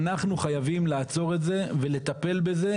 ואנחנו חייבים לעצור את זה, ולטפל בזה,